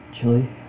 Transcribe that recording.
Chili